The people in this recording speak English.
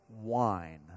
wine